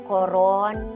Coron